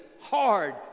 hard